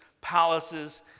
palaces